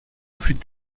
fut